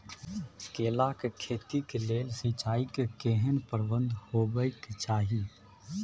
केला के खेती के लेल सिंचाई के केहेन प्रबंध होबय के चाही?